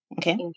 Okay